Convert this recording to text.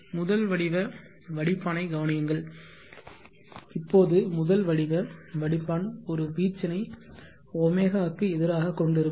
இப்போது முதல் வடிவ வடிப்பானைக் கவனியுங்கள் இப்போது முதல் வடிவ வடிப்பான் ஒரு வீச்சினை ω க்கு எதிராக கொண்டிருக்கும்